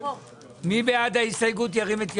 מי בעד ההסתייגות ירים את ידו.